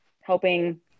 helping